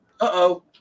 Uh-oh